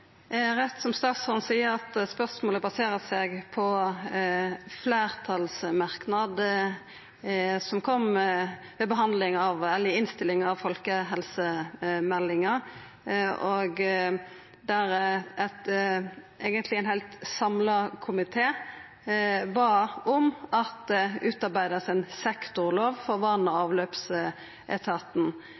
rett som statsråden seier, at spørsmålet baserer seg på ein fleirtalsmerknad i innstillinga til folkehelsemeldinga, der ein samla komité bad om at det vart utarbeidd ei sektorlov for vass- og avløpsetaten.